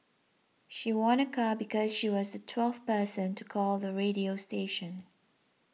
she won a car because she was the twelfth person to call the radio station